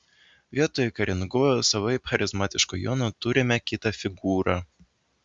vietoj karingojo savaip charizmatiško jono turime kitą figūrą